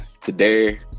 today